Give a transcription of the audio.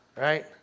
right